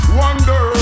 wonder